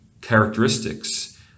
characteristics